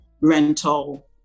rental